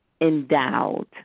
endowed